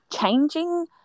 changing